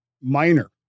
minor